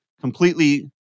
completely